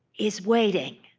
is waiting